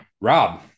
rob